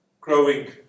growing